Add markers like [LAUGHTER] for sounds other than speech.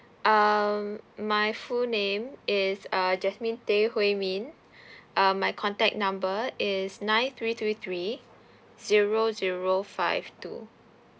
um my full name is uh jasmine tay hui min [BREATH] uh my contact number is nine three three three zero zero five two